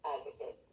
Advocate